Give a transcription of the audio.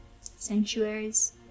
sanctuaries